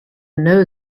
know